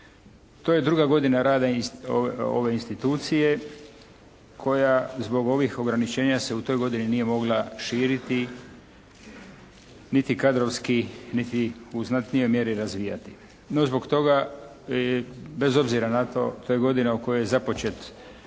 To je druge godina rada ove institucije koja zbog ovih ograničenja se u toj godini nije mogla širiti niti kadrovski niti u znatnijoj mjeri razvijati. No zbog toga, bez obzira na to to je godina u kojoj je započet